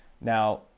now